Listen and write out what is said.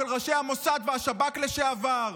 של ראשי המוסד והשב"כ לשעבר?